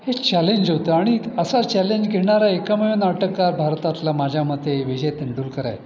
हे चॅलेंज होतं आणि असा चॅलेंज घेणारा एकमेव नाटककार भारतातला माझ्या मते विजय तेंडुलकर आहे